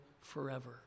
forever